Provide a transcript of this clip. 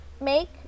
make